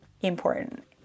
important